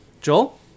Joel